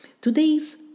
today's